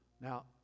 Now